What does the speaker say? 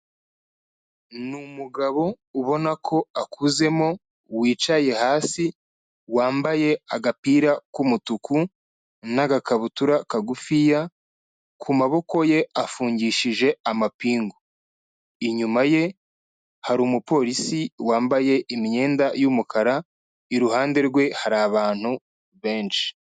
Ni umugabo ubona ko akuzemo wicaye hasi wambaye agapira k'umutuku n'agakabutura kagufiya, ku maboko ye afungishije amapingu, inyuma ye hari umupolisi wambaye imyenda y'umukara, iruhande rwe hari abantu benshi.